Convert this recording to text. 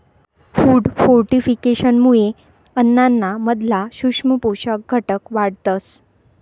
food फोर्टिफिकेशनमुये अन्नाना मधला सूक्ष्म पोषक घटक वाढतस